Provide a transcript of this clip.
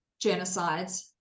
genocides